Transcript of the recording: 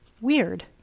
weird